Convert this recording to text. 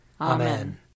Amen